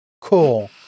Cool